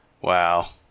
Wow